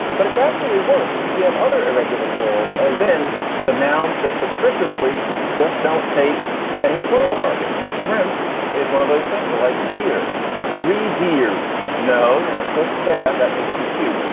but it's actually worse because we have other irregular plurals as in the nouns that capriciously just don't take any plural marking. and shrimp is one of those things are like dear three dears. no, you're not supposed to say that. that makes you cute.